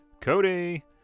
Cody